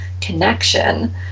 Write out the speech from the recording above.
connection